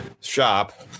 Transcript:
shop